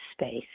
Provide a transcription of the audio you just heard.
space